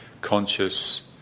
conscious